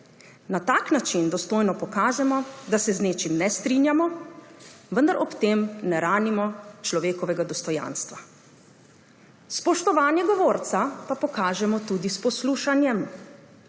Na tak način dostojno pokažemo, da se z nečim ne strinjamo, vendar ob tem ne ranimo človekovega dostojanstva. Spoštovanje govorca pa pokažemo tudi s poslušanjem.